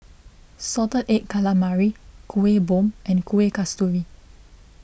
Salted Egg Calamari Kueh Bom and Kueh Kasturi